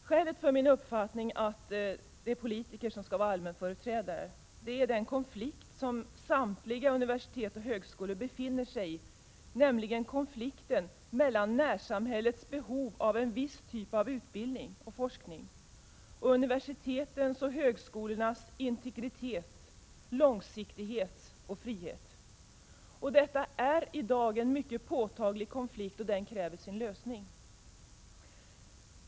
Skälet till min uppfattning att det är politikerna som skall vara allmänföreträdare är den konflikt som samtliga universitet och högskolor befinner sig i, nämligen konflikten mellan närsamhällets behov av en viss typ av utbildning och forskning och universitetens och högskolornas integritet, långsiktighet och frihet. Detta är i dag en mycket påtaglig konflikt som kräver sin lösning.